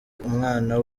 umwana